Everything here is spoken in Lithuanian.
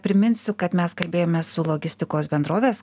priminsiu kad mes kalbėjomės su logistikos bendrovės